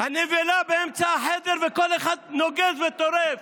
הנבלה באמצע החדר וכל אחד נוגס וטורף.